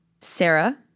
Sarah